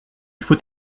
faut